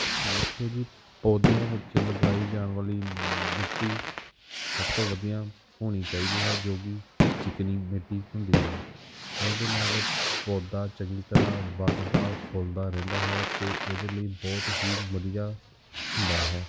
ਵੇਖੋ ਜੀ ਪੌਦਿਆਂ ਵਿੱਚ ਲਗਾਈ ਜਾਣ ਵਾਲੀ ਮਿੱਟੀ ਸਭ ਤੋਂ ਵਧੀਆ ਹੋਣੀ ਚਾਹੀਦੀ ਹੈ ਜੋ ਕਿ ਚੀਕਣੀ ਮਿੱਟੀ ਹੁੰਦੀ ਹੈ ਇਹਦੇ ਨਾਲ ਪੌਦਾ ਚੰਗੀ ਤਰ੍ਹਾਂ ਵੱਧਦਾ ਫੁੱਲਦਾ ਰਹਿੰਦਾ ਹੈ ਅਤੇ ਇਹਦੇ ਲਈ ਬਹੁਤ ਹੀ ਵਧੀਆ ਹੁੰਦਾ ਹੈ